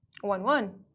One-one